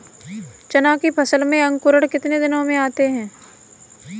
चना की फसल में अंकुरण कितने दिन में आते हैं?